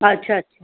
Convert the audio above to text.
अच्छा अच्छा